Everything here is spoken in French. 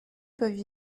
peuvent